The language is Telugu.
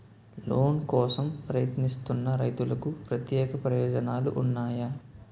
లోన్ కోసం ప్రయత్నిస్తున్న రైతులకు ప్రత్యేక ప్రయోజనాలు ఉన్నాయా?